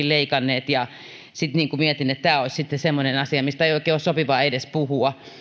leikanneet sitten mietin että tämä on sitten semmoinen asia mistä ei ole oikein sopivaa edes puhua